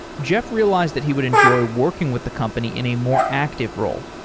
jeff realized that he would enjoy working with the company in a more active role.